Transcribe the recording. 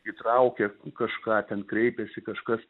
įtraukia kažką ten kreipiasi kažkas